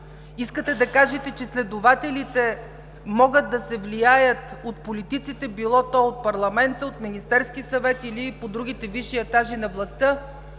Искате да кажете, че следователите могат да се влияят от политиците – било то от парламента, от Министерския съвет, или по другите висши етажи на властта?